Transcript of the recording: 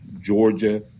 Georgia